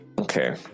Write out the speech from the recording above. Okay